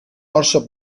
orso